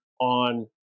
on